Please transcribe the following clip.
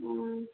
हाँ